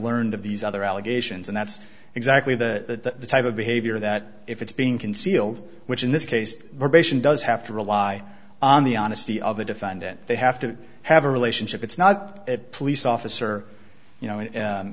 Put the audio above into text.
learned of these other allegations and that's exactly the type of behavior that if it's being concealed which in this case does have to rely on the honesty of the defendant they have to have a relationship it's not a police officer you know